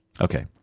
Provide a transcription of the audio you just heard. Okay